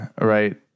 right